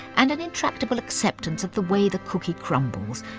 and an intractable acceptance of the way the cookie crumbles,